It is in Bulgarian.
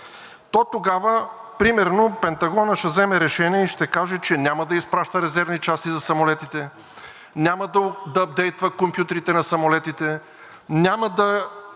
то тогава Пентагонът ще вземе решение и ще каже, че няма да изпраща резервни части за самолетите, няма да ъпдейтва компютрите на самолетите, няма да